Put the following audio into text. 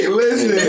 listen